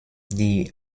die